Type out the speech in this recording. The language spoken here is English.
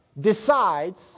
decides